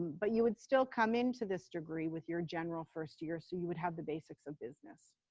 but you would still come into this degree with your general first year. so you would have the basics of business.